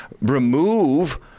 remove